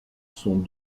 sont